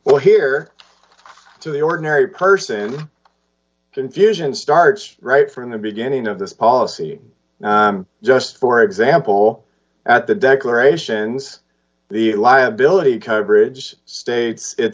well here to the ordinary person confusion starts right from the beginning of this policy just for example at the declarations the liability coverage states it